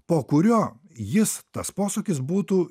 po kurio jis tas posūkis būtų